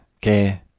care